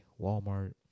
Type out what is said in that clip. Walmart